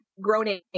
groaning